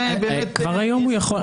כבר היום הוא יכול.